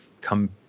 come